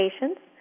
patients